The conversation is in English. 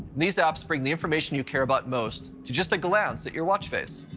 these apps bring the information you care about most to just a glance at your watch face.